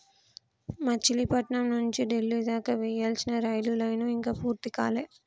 మచిలీపట్నం నుంచి డిల్లీ దాకా వేయాల్సిన రైలు లైను ఇంకా పూర్తి కాలే